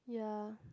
yeah